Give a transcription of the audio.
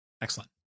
Excellent